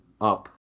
Up